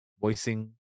voicing